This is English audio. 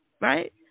right